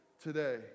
today